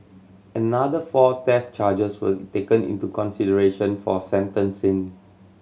another four theft charges were taken into consideration for sentencing